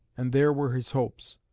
and there were his hopes.